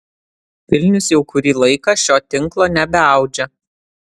vilnius jau kurį laiką šio tinklo nebeaudžia